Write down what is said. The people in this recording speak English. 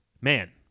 Man